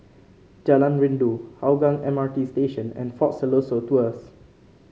Jalan Rindu Hougang M R T Station and Fort Siloso Tours